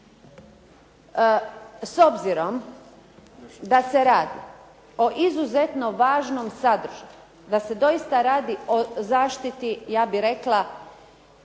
S obzirom da se radi o izuzetno važnom sadržaju, da se doista radi o zaštiti ja bih rekla